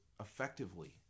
effectively